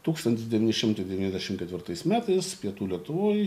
tūkstantis devyni šimtai devyniasdešimt ketvirtais metais pietų lietuvoj